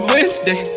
Wednesday